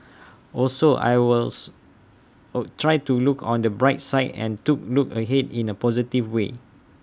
also I wills oh try to look on the bright side and to look ahead in A positive way